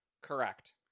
Correct